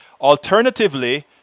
Alternatively